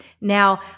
Now